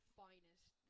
finest